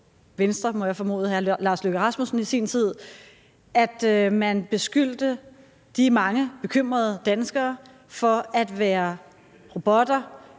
Venstre, på hr. Lars Løkke Rasmussen, i sin tid, må jeg formode, at man beskyldte de mange bekymrede danskere for at være robotter,